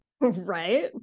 Right